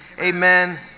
amen